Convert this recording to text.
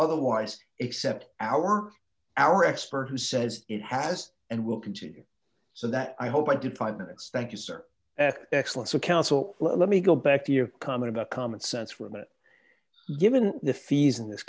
otherwise except our our expert who says it has and will continue so that i hope i did five minutes thank you sir excellence of counsel let me go back to your comment about common sense for a minute given the fees in this